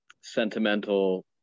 sentimental